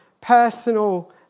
personal